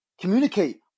Communicate